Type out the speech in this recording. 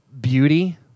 beauty